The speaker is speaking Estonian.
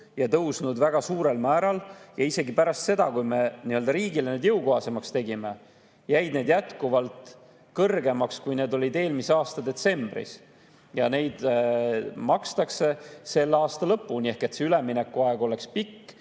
ja tõusnud väga suurel määral. Isegi pärast seda, kui me need riigile nii-öelda jõukohasemaks tegime, jäid need jätkuvalt kõrgemaks, kui olid eelmise aasta detsembris. Ja neid makstakse selle aasta lõpuni, et see üleminekuaeg oleks pikk.